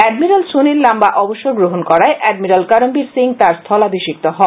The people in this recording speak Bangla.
এডমিরাল সুনীল লম্বা অবসর গ্রহণ করায় এডমিরাল করমবীর সিং তার স্থলাভিষিক্ত হন